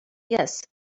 yes